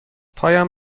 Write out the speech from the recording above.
پایم